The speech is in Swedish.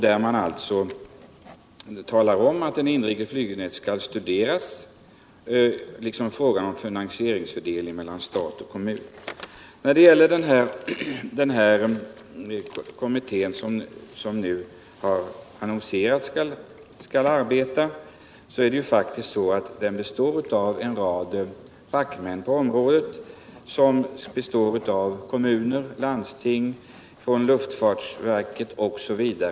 Det sägs i utskottsbetänkandet: ”Det inrikes flyglinjenätet skall vidare studeras liksom frågan om finansieringsfördelningen mellan stat och kommun.” Den kommitté som har aviserats kommer att bestå av en rad fackmän på området, dvs. representanter för kommuner, landsting, luftfartsverket osv.